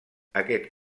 aquest